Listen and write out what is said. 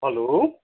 hello